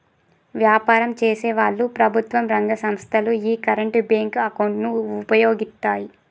వ్యాపారం చేసేవాళ్ళు, ప్రభుత్వం రంగ సంస్ధలు యీ కరెంట్ బ్యేంకు అకౌంట్ ను వుపయోగిత్తాయి